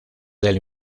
del